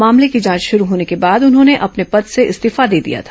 मामले की जांच शुरू होने के बाद उन्होंने अपने पद से इस्तीफा दे दिया था